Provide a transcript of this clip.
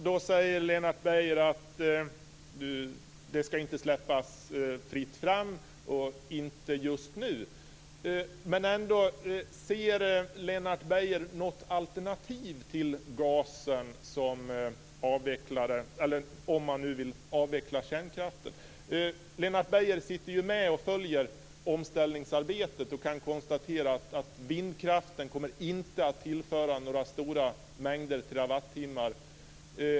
Då säger Lennart Beijer att det inte ska släppas fritt fram, inte just nu. Men ser Lennart Beijer något alternativ till gasen om man vill avveckla kärnkraften? Lennart Beijer sitter ju med och följer omställningsarbetet och kan konstatera att vindkraften inte kommer att tillföra några stora mängder terawattimmar.